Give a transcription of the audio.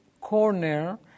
corner